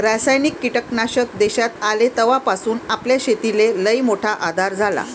रासायनिक कीटकनाशक देशात आले तवापासून आपल्या शेतीले लईमोठा आधार झाला